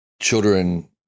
children